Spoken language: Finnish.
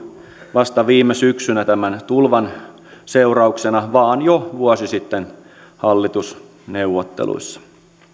vasta viime syksynä tämän tulvan seurauksena vaan jo vuosi sitten hallitusneuvotteluissa